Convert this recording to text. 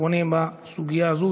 בסוגיה הזו,